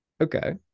Okay